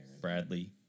Bradley